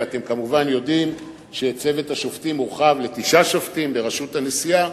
ואתם כמובן יודעים שצוות השופטים הורחב לתשעה שופטים בראשות הנשיאה,